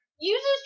uses